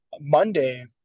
Monday